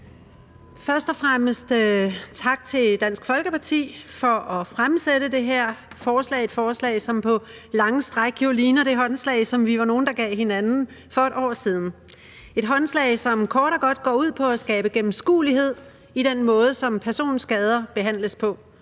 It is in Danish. Først og fremmest tak til Dansk Folkeparti for at fremsætte det her forslag, et forslag, som på lange stræk jo ligner det håndslag, som vi var nogle der gav hinanden for et år siden. Et håndslag, som kort og godt går ud på at skabe gennemskuelighed i den måde, som personskader behandles på.